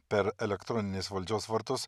per elektroninės valdžios vartus